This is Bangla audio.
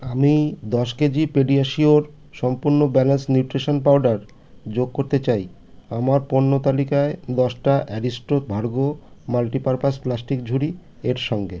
আমি দশ কেজি পেডিয়াশিয়োর সম্পূর্ণ ব্যালেন্সড নিউট্রিশান পাউডার যোগ করতে চাই আমার পণ্য তালিকায় দশটা অ্যারিস্টো ভারগো মাল্টিপারপাস প্লাস্টিক ঝুড়ি এর সঙ্গে